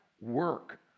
work